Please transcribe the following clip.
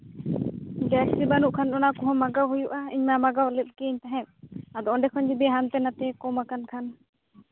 ᱡᱟᱹᱨᱥᱤ ᱵᱟᱹᱱᱩᱜ ᱠᱷᱟᱱ ᱚᱱᱟ ᱠᱚᱦᱚᱸ ᱢᱟᱸᱜᱟᱣ ᱦᱩᱭᱩᱜᱼᱟ ᱤᱧ ᱢᱟ ᱢᱟᱜᱟᱣ ᱞᱮᱫ ᱜᱤᱭᱟᱹᱧ ᱛᱟᱦᱮᱸᱜ ᱟᱫᱚ ᱚᱸᱰᱮ ᱠᱷᱚᱱ ᱡᱚᱫᱤ ᱦᱟᱱᱛᱮ ᱱᱟᱛᱮ ᱠᱚᱢ ᱟᱠᱟᱱ ᱠᱷᱟᱱ